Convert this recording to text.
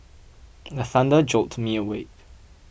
the thunder jolt me awake